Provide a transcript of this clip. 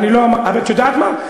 את יודעת מה?